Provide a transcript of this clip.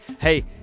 hey